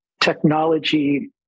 technology